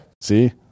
See